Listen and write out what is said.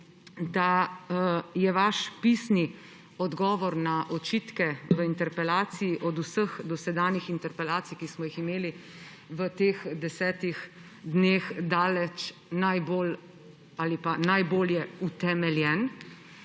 da je vaš pisni odgovor na očitke v interpelaciji od vseh dosedanjih interpelacij, ki smo jih imeli v teh desetih dneh daleč najbolje utemeljen,